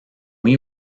muy